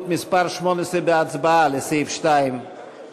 קבוצת סיעת מרצ וקבוצת סיעת הרשימה המשותפת לסעיף 2 לא